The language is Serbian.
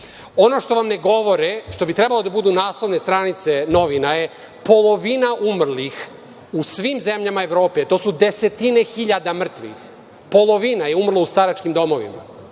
što vam ne govore, što bi trebalo da budu naslovne stranice novina je polovina umrlih u svim zemljama Evropi, to su desetine hiljada mrtvih, polovina je umrla u staračkim domovima.